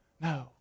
No